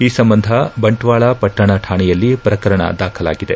ಈ ಸಂಬಂಧ ಬಂಟ್ವಾಳ ಪಟ್ಟಣ ಠಾಣೆಯಲ್ಲಿ ಪ್ರಕರಣ ದಾಖಲಾಗಿದೆ